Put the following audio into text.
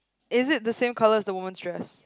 is it the same colour as the woman dress